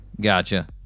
gotcha